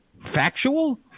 factual